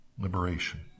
Liberation